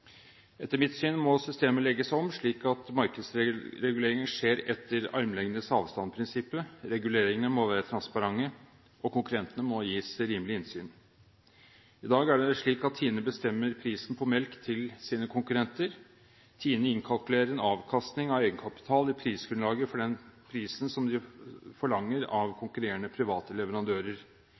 Etter mitt syn må systemet legges om slik at markedsreguleringen skjer etter armlengdes avstand-prinsippet. Reguleringene må være transparente, og konkurrentene må gis rimelig innsyn. I dag er det slik at TINE bestemmer prisen på melk til sine konkurrenter. TINE innkalkulerer en avkastning av egenkapital i prisgrunnlaget for den prisen som de forlanger av konkurrerende, private leverandører.